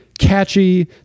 catchy